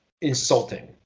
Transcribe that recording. insulting